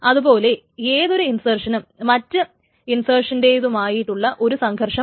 അതു പോലെ ഏതൊരു ഇൻസെർഷനും മറ്റ് ഇൻസെർഷന്റെയുമായിട്ടുള്ള ഒരു സംഘർഷമാണ്